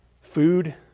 Food